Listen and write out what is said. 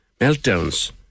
meltdowns